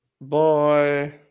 Bye